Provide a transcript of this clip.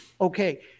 Okay